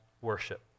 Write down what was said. worship